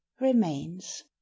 remains